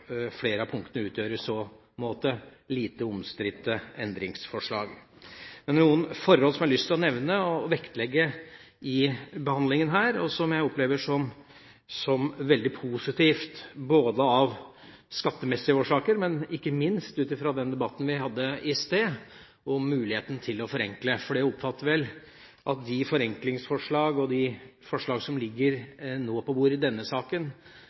flere av punktene utgjør i så måte lite omstridte endringsforslag. Men det er noen forhold som jeg har lyst til å nevne og vektlegge i behandlingen her, som jeg opplever som veldig positivt både av skattemessige årsaker og ikke minst ut fra den debatten vi hadde i sted om muligheten til å forenkle. For jeg oppfatter at de forenklingsforslag og de forslag som ligger på bordet i denne saken,